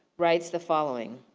writes the following.